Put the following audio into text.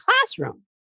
classroom